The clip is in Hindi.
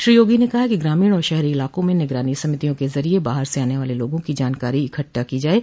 श्री योगी ने कहा कि ग्रामीण और शहरी इलाकों में निगरानी समितियों के जरिये बाहर से आने वाले लोगों की जानकारी इकट्ठा की जाये